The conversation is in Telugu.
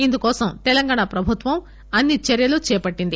ఇందుకోసం తెలంగాన ప్రభుత్వం అన్ని చర్యలు చేపట్టింది